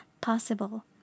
possible